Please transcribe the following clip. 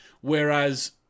whereas